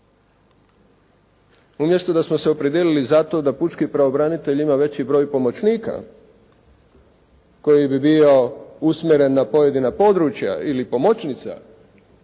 Umjesto da smo se opredijelili za to da pučki pravobranitelj ima veći broj pomoćnika koji bi bio usmjeren na pojedina područja ili pomoćnica,